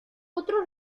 otro